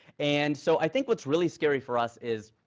and so i think what's really scary for us is,